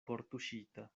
kortuŝita